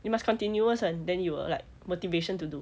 you must continuous [one] then you will like motivation to do